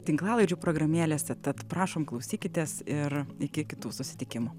tinklalaidžių programėlėse tad prašom klausykitės ir iki kitų susitikimų